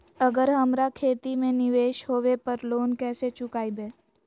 अगर हमरा खेती में निवेस होवे पर लोन कैसे चुकाइबे?